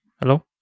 hello